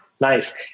Nice